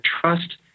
trust